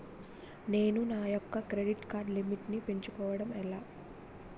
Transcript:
నేను నా యెక్క క్రెడిట్ కార్డ్ లిమిట్ నీ పెంచుకోవడం ఎలా?